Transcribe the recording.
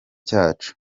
cyacu